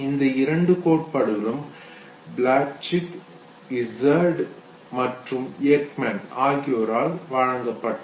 இந்த இரண்டு கோட்பாடுகளும் ப்ளட்சிக் இசார்ட் மற்றும் எக்மன் ஆகியோரால் வழங்கப்பட்டது